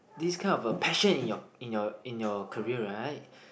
this kind of a passion in your in your in your career right